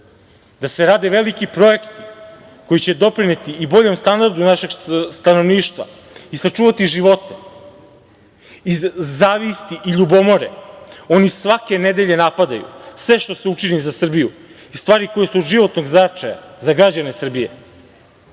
da se rade veliki projekti koji će doprineti i boljem standardu našeg stanovništva i sačuvati živote, iz zavisti i ljubomore oni svake nedelje napadaju sve što se čini za Srbiju i stvari koje su od životnog značaja za građane Srbije. Srbija